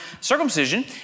circumcision